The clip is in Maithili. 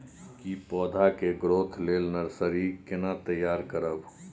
की पौधा के ग्रोथ लेल नर्सरी केना तैयार करब?